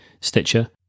stitcher